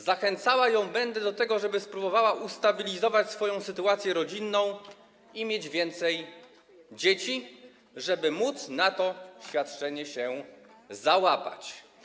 Zachęcała ją będę do tego, żeby spróbowała ustabilizować swoją sytuację rodzinną i mieć więcej dzieci, żeby móc na to świadczenie się załapać.